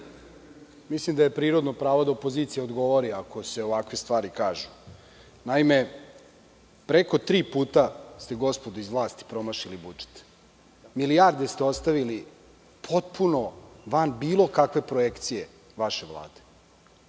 Mislim da je prirodno pravo da opozicija odgovori ako se ovakve stvari kažu. Preko tri puta ste gospodo iz vlasti promašili budžet. Milijarde ste ostavili potpuno van bilo kakve projekcije vaše Vlade.